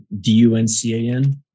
D-U-N-C-A-N